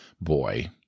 boy